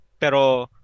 Pero